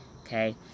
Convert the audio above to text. Okay